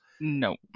no